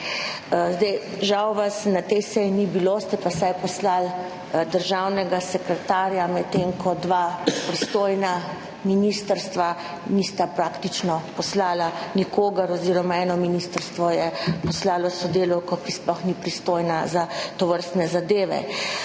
Žal vas na tej seji ni bilo, ste pa vsaj poslali državnega sekretarja, medtem ko dve pristojni ministrstvi nista poslali praktično nikogar oziroma eno ministrstvo je poslalo sodelavko, ki sploh ni pristojna za tovrstne zadeve.